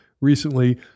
recently